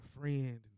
friend